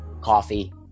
coffee